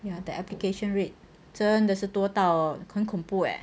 ya the application rate 真的是多到很恐怖 leh